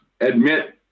admit